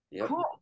Cool